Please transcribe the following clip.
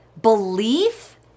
Belief